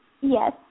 Yes